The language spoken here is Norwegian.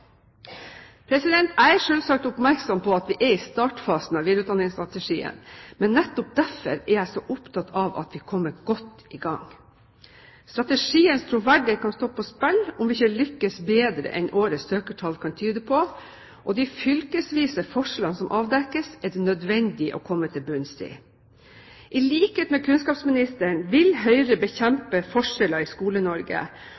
Jeg er selvsagt oppmerksom på at vi er i startfasen av videreutdanningsstrategien, men nettopp derfor er jeg så opptatt av at vi kommer godt i gang. Strategiens troverdighet kan stå på spill om vi ikke lykkes bedre enn årets søkertall kan tyde på. De fylkesvise forskjellene som avdekkes, er det nødvendig å komme til bunns i. I likhet med kunnskapsministeren vil Høyre